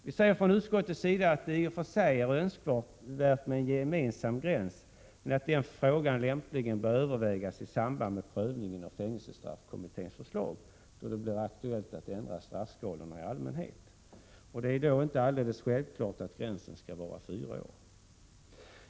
Vi säger från utskottets sida att det i och för sig är önskvärt med en gemensam gräns men att den frågan lämpligen bör övervägas i samband med prövningen av fängelsestraffkommitténs förslag, då det blir aktuellt att ändra straffskalorna i allmänhet. Det är då inte alldeles självklart att gränsen skall vara fyra år.